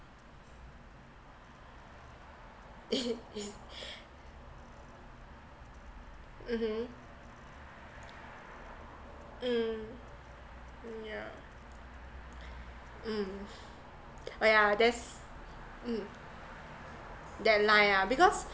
mmhmm mm yeah mm oh yeah that's mm that line ah because